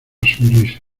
sonrisa